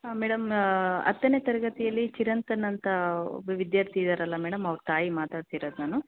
ಹಾಂ ಮೇಡಮ್ ಹತ್ತನೇ ತರಗತಿಯಲ್ಲಿ ಚಿರಂತನ್ ಅಂತ ಒಬ್ಬ ವಿದ್ಯಾರ್ಥಿ ಇದ್ದಾರಲ್ಲ ಮೇಡಮ್ ಅವ್ರ ತಾಯಿ ಮಾತಾಡ್ತಿರೋದು ನಾನು